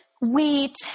Wheat